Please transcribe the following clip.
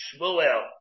Shmuel